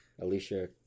Alicia